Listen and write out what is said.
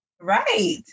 Right